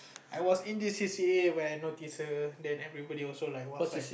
I was indecisive when I notice her then everybody also like was like